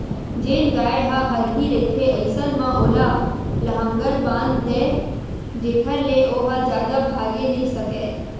जेन गाय ह हरही रहिथे अइसन म ओला लांहगर बांध दय जेखर ले ओहा जादा भागे नइ सकय